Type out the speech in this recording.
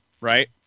right